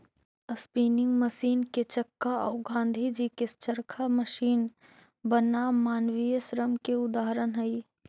spinning machine के चक्का औ गाँधीजी के चरखा मशीन बनाम मानवीय श्रम के उदाहरण हई